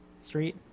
Street